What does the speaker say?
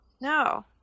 no